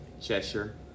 Cheshire